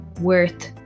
worth